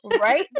right